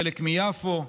חלק מיפו,